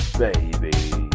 baby